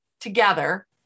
together